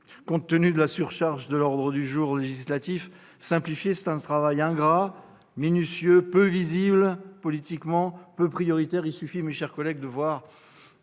compte tenu de la surcharge de l'ordre du jour législatif. Simplifier est un travail ingrat, minutieux, peu visible politiquement et peu prioritaire. Il suffit, mes chers collègues, de voir